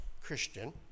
Christian